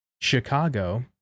Chicago